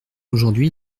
aujourd’hui